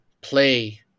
play